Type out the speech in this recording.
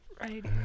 Right